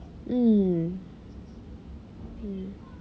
mm mm